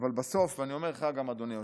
אבל בסוף, ואני אומר גם לך, אדוני היושב-ראש,